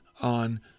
on